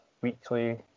Weekly